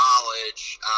college